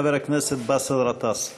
חבר הכנסת באסל גטאס.